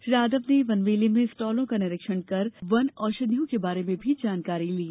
श्री यादव ने वनमेले में स्टॉलों का निरीक्षण कर वन औषधियों के बारे में जानकारी भी ली